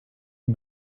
you